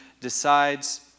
decides